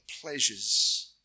pleasures